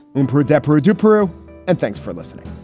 emporer desperate. dipierro and thanks for listening.